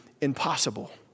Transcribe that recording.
impossible